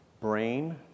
Brain